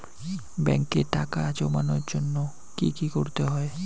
ব্যাংকে টাকা জমানোর জন্য কি কি করতে হয়?